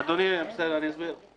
אדוני, בסדר, אני אסביר.